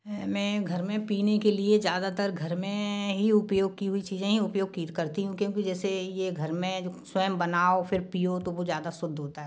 मैं घर में पीने के लिए ज़्यादातर घर में ही उपयोग की हुई चीज़े ही उपयोग की करती हूँ क्योंकि जैसे ये घर में जो स्वयं बनाओ फिर पियो तो वो ज़्यादा शुद्ध होता है